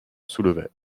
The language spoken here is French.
soulevait